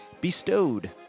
bestowed